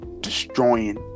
destroying